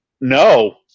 No